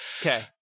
okay